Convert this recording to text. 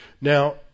Now